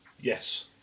yes